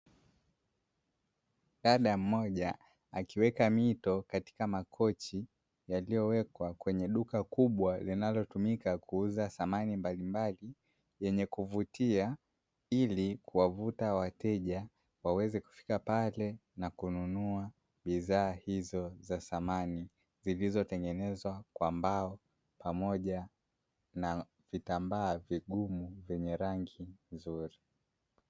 Dada mmoja akiweka mito katika makochi yaliyowekwa kwenye duka kubwa linalotumika kuuza samani mbalimbali zenye kuvutia, ili kuwavuta wateja waweze kufika pale na kununua bidhaa hizo za samani zilizotengenezwa kwa mbao pamoja na vitambaa vigumu vyenye rangi nzuri.